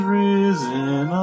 risen